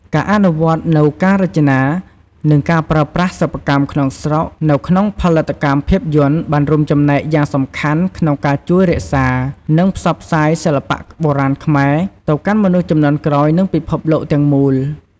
ការអនុវត្តនូវការរចនា និងការប្រើប្រាស់សិប្បកម្មក្នុងស្រុកនៅក្នុងផលិតកម្មភាពយន្ត បានរួមចំណែកយ៉ាងសំខាន់ក្នុងការ ជួយរក្សា និងផ្សព្វផ្សាយសិល្បៈបុរាណខ្មែរ ទៅកាន់មនុស្សជំនាន់ក្រោយ និងពិភពលោកទាំងមូល។